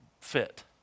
fit